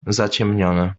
zaciemnione